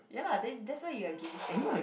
ya lah then that's why you are against it [what]